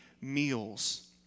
meals